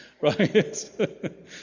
right